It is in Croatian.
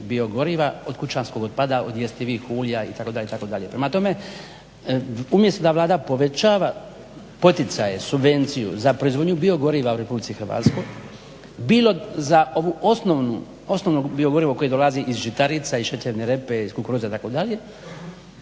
biogoriva od kućanskog otpada, od jestivih ulja itd. itd. Prema tome, umjesto da Vlada povećava poticaje, subvenciju za proizvodnju biogoriva u RH bilo za ovu osnovnu, osnovno biogorivo koje dolazi iz žitarica, iz šećerne repe, iz kukuruza itd.